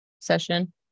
session